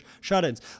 shut-ins